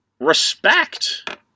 Respect